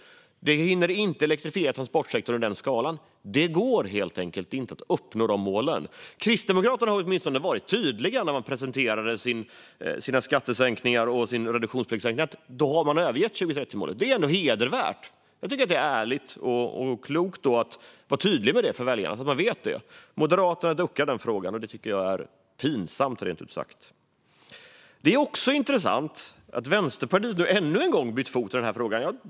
Vi hinner inte elektrifiera transportsektorn i den skalan. Det går helt enkelt inte att uppnå de målen. Kristdemokraterna har åtminstone varit tydliga när de presenterat sina skattesänkningar och sin reduktionsplikt. De har övergett 2030-målet. Det är ändå hedervärt - jag tycker att det är ärligt och klokt att de är tydliga med det inför väljarna, så att väljarna vet detta. Moderaterna duckar den här frågan, och det tycker jag är pinsamt, rent ut sagt. Det är också intressant att Vänsterpartiet nu ännu en gång har bytt fot i den här frågan.